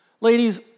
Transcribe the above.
Ladies